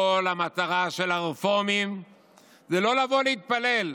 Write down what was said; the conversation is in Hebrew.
כל המטרה של הרפורמים היא לא לבוא להתפלל.